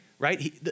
right